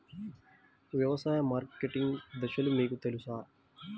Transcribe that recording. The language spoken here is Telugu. వ్యవసాయ మార్కెటింగ్ దశలు మీకు తెలుసా?